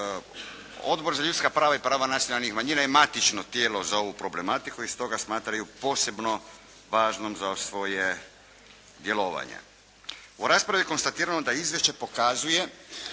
Odbor za ljudska prava i prava nacionalnih manjina je matično tijelo za ovu problematiku i stoga smatraju posebno važnom za svoje djelovanje. U raspravi je konstatirano da izvješće pokazuje